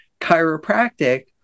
chiropractic